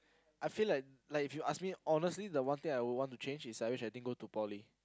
I feel like like if you ask me honestly the one thing I would want to change is I wish I didn't go to poly